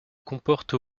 comporte